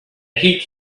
heat